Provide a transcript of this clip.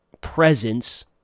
presence